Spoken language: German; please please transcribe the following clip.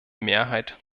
mehrheit